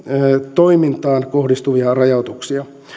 toimintaan kohdistuvia rajoituksia